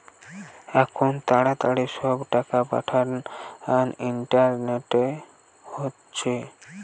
আখুন তাড়াতাড়ি সব টাকা পাঠানা ইন্টারনেটে হচ্ছে